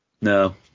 no